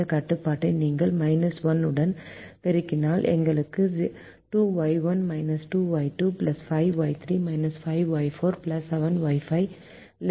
இந்த கட்டுப்பாட்டை நீங்கள் 1 உடன் பெருக்கினால் எங்களுக்கு 2Y1 2Y2 5Y3 5Y4 7Y5 ≤ 5 ஆக இருக்கும்